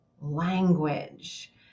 language